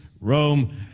Rome